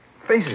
Faces